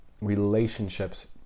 relationships